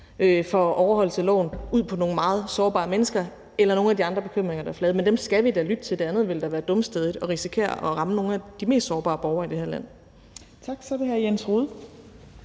for overholdelse af loven ud på nogle meget sårbare mennesker, eller med nogle af de andre bekymringer, der er flaget. Men dem skal vi da lytte til; det ville da være dumstædigt at risikere at ramme nogle af de mest sårbare borgere i det her land. Kl. 18:22 Tredje